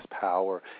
power